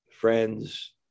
friends